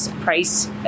price